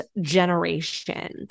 generation